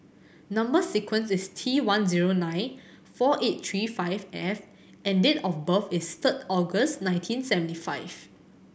number sequence is T one zero nine four eight three five F and date of birth is third August nineteen seventy five